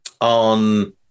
on